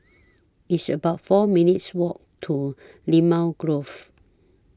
It's about four minutes' Walk to Limau Grove